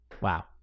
Wow